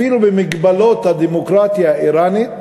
אפילו במגבלות הדמוקרטיה האיראנית